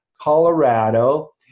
Colorado